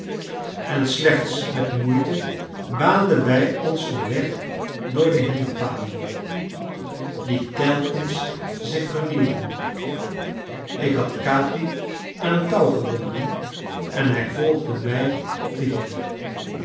en slechts met moeite baanden wij ons een weg door de hinderpalen die telkens zich vernieuwden ik had capi aan een touw gebonden en hij volgde mij op de hielen